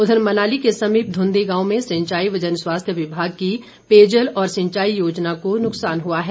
उघर मनाली के समीप धुंधी गांव में सिंचाई व जनस्वास्थ विमाग की र्पेयजल और सिंचाई योजना को नुक्सान पहुँचा है